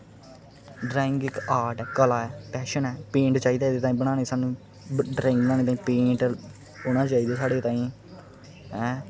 drawing इक art ऐ कला ऐ पैशन ऐ पेंट चाहिदा एहदे ताहीं बनाने ताहीं सानूं ड्रांइग बनाने ताहीं पेंट होना चाहिदा साढ़े ताहीं ऐं